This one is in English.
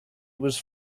was